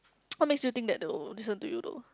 what makes you think that though listen to you though